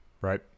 right